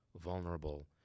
vulnerable